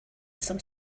some